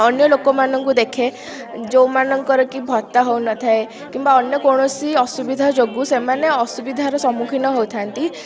ଅନ୍ୟ ଲୋକମାନଙ୍କୁ ଦେଖେ ଯେଉଁମାନଙ୍କର କି ଭତ୍ତା ହେଉ ନଥାଏ କିମ୍ବା ଅନ୍ୟ କୌଣସି ଅସୁବିଧା ଯୋଗୁଁ ସେମାନେ ଅସୁବିଧା ର ସମ୍ମୁଖୀନ ହୋଇଥାନ୍ତି